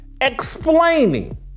explaining